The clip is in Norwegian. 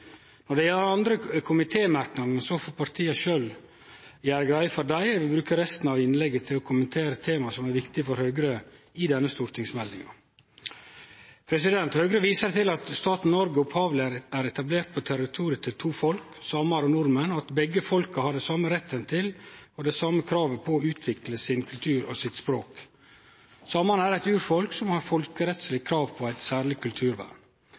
Når det gjeld dei andre komitémerknadene, får partia sjølve gjere greie for dei. Eg vi bruke resten av innlegget til å kommentere tema som er viktige for Høgre i denne stortingsmeldinga. Høgre viser til at staten Noreg opphavleg er etablert på territoriet til to folk, samar og nordmenn, og at begge folka har den same retten til, og det same kravet på, å utvikle sin kultur og sitt språk. Samane er eit urfolk som har folkerettsleg krav på eit særleg kulturvern.